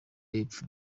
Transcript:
y’epfo